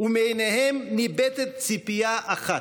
ומעיניהם ניבטת ציפייה אחת,